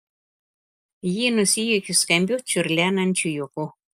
ji nusijuokė skambiu čiurlenančiu juoku